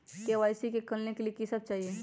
KYC का का खोलने के लिए कि सब चाहिए?